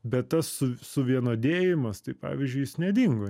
bet tas su suvienodėjimas tai pavyzdžiui jis nedingo